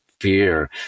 fear